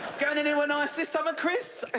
going anywhere nice this summer, chris? ah